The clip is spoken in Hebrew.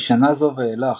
משנה זו ואילך,